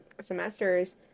semesters